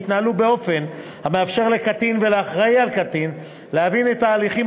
יתנהלו באופן המאפשר לקטין ולאחראי לקטין להבין את ההליכים